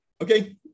Okay